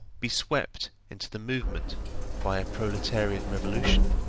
be swept into the movement by a proletarian revolution